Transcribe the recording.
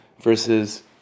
versus